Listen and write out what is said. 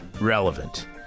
relevant